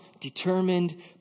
determined